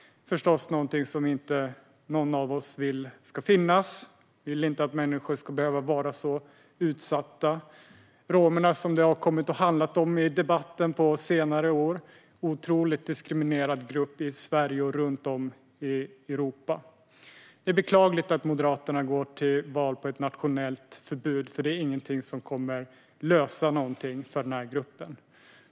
Det är förstås inte någon av oss som vill att det ska finnas. Vi vill inte att människor ska behöva vara så utsatta. Romerna, som det har kommit att handla om i debatten på senare år, är en otroligt diskriminerad grupp i Sverige och runt om i Europa. Det är beklagligt att Moderaterna går till val på ett nationellt förbud, för det är inget som kommer att lösa något för denna grupp.